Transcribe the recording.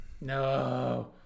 no